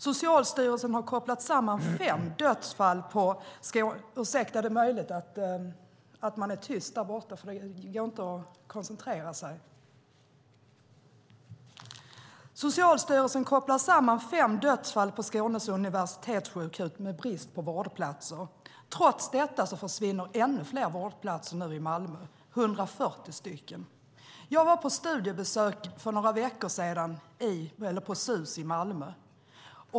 Socialstyrelsen har kopplat samman fem dödsfall på Skånes universitetssjukhus med bristen på vårdplatser. Trots detta försvinner nu ytterligare 140 vårdplatser i Malmö. För några veckor sedan var jag på studiebesök på SUS i Malmö.